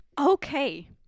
Okay